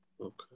Okay